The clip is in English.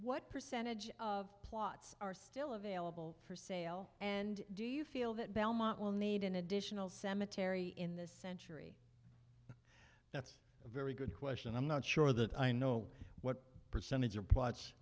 what percentage of plots are still available for sale and do you feel that belmont will need an additional cemetery in this century that's a very good question i'm not sure that i know what percentage of p